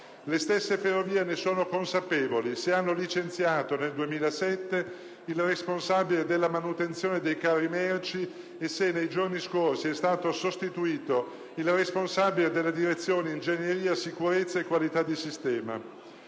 Le stesse Ferrovie ne sono consapevoli, se hanno licenziato nel 2007 il responsabile della manutenzione dei carri merci e se nei giorni scorsi è stato sostituito il responsabile della Direzione ingegneria, sicurezza e qualità di sistema.